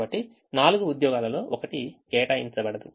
కాబట్టి 4 ఉద్యోగాలు లో 1 కేటాయించబడదు